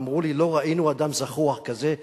אמרו לי: לא ראינו אדם זחוח כזה מזמן,